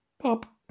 Pop